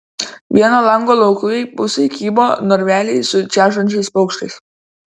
vieno lango laukujėj pusėj kybo narveliai su čežančiais paukščiais